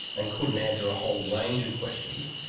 and couldn't answer a whole range of questions.